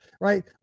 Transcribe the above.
Right